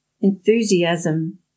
enthusiasm